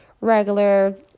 regular